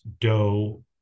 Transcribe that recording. dough